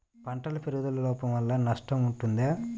పంటల పెరుగుదల లోపం వలన నష్టము ఉంటుందా?